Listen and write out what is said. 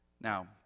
Now